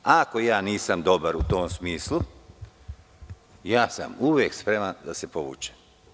Ako ja nisam dobar u tom smislu, uvek sam spreman da se povučem.